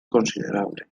considerable